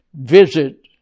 visit